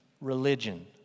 religion